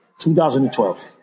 2012